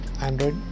Android